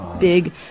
big